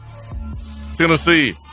Tennessee